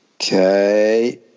Okay